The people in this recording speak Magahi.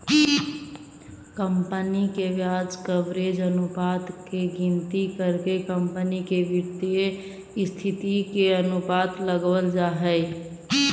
कंपनी के ब्याज कवरेज अनुपात के गिनती करके कंपनी के वित्तीय स्थिति के अनुमान लगावल जा हई